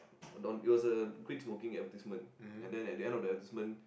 it was a quit smoking advertisement and then at the end of the advertisement